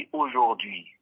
aujourd'hui